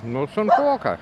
nu sunkoka